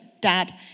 Dad